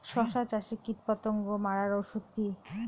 শসা চাষে কীটপতঙ্গ মারার ওষুধ কি?